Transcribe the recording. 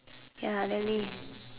ya really